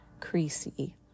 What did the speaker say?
creasy